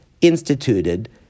instituted